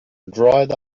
dried